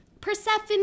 Persephone